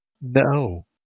No